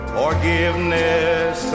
forgiveness